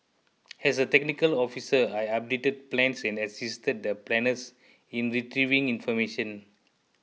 as a technical officer I updated plans and assisted the planners in retrieving information